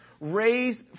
raised